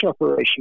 operation